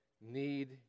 need